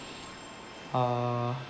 uh